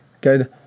Good